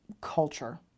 culture